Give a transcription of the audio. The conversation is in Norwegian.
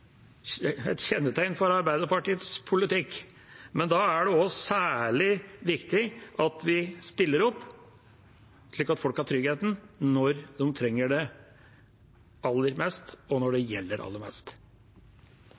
et kjennetegn for Arbeiderpartiets politikk. Men da er det også særlig viktig at vi stiller opp, slik at folk har tryggheten når de trenger det aller mest, og når det gjelder aller mest.